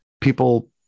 people